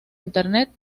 internet